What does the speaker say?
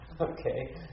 okay